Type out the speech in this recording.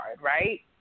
right